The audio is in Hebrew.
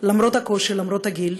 למרות הקושי, למרות הגיל.